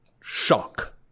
shock